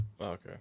okay